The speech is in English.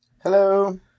Hello